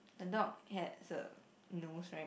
the dog has a nose right